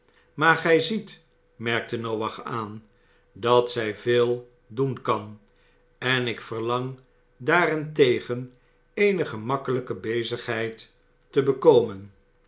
maar gij ziet merkte noach aan dat zij veel doen kan en ik verlang daarentegen eene gemakkelijke bezigheid te bekomen